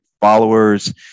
followers